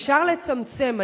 אפשר לצמצם,